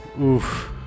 Oof